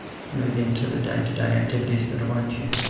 move into the day to day activities that await you.